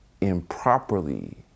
improperly